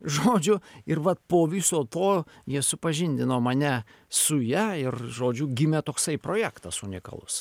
žodžiu ir vat po viso to jie supažindino mane su ja ir žodžiu gimė toksai projektas unikalus